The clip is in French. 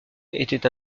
était